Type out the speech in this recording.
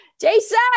Jason